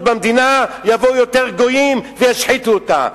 במדינה יבואו יותר גויים וישחיתו אותה.